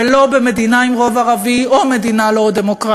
ולא במדינה עם רוב ערבי או במדינה לא דמוקרטית,